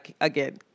again